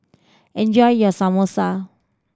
enjoy your Samosa